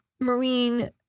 marine